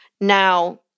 Now